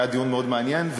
היה דיון מאוד מעניין.